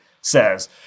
says